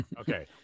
Okay